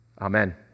Amen